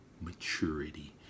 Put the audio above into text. Maturity